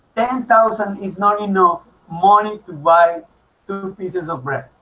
and thousand is not enough money to buy two pieces of bread